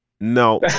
no